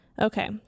Okay